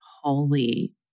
holy